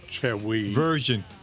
Version